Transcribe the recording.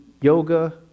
yoga